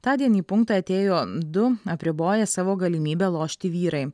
tądien į punktą atėjo du apriboję savo galimybę lošti vyrai